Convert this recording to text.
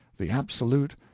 the absolute,